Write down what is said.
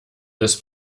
des